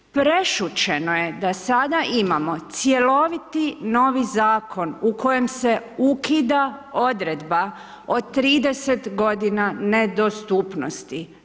Prešućeno je da sada imamo cjeloviti novi zakon u kojem se ukida odredba o 30 godina nedostupnosti.